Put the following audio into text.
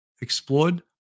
explored